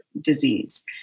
disease